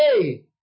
Hey